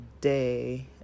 day